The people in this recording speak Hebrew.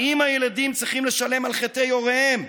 האם הילדים צריכים לשלם על חטאי הוריהם?